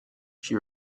she